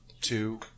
two